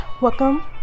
welcome